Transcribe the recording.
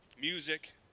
music